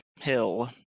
hill